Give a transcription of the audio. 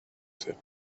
said